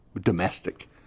domestic